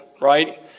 right